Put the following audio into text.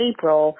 April